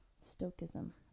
Stoicism